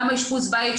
גם אשפוז הבית,